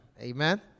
Amen